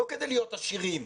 לא כדי להיות עשירים.